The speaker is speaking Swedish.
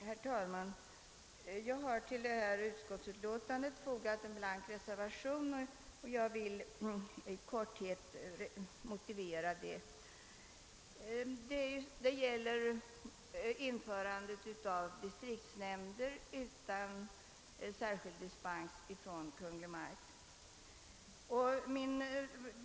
Herr talman! Jag har till detta utlåtande fogat en blank reservation som jag i korthet vill motivera. Det gäller frågan om införandet av distriktsnämnder utan särskild dispens från Kungl. Maj:t.